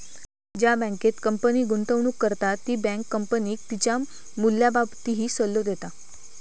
ज्या बँकेत कंपनी गुंतवणूक करता ती बँक कंपनीक तिच्या मूल्याबाबतही सल्लो देता